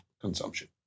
consumption